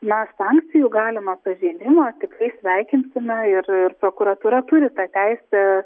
na sankcijų galimą pažeidimą tikrai sveikinsime ir ir prokuratūra turi tą teisę